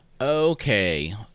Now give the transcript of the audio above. Okay